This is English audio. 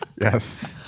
Yes